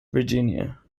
virginia